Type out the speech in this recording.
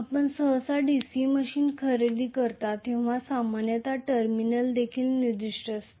आपण सहसा DC machine खरेदी करता तेव्हा हे सामान्यत टर्मिनल देखील निर्दिष्ट करते